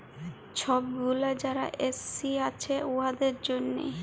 ছব গুলা যারা এস.সি আছে উয়াদের জ্যনহে